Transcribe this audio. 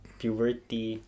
puberty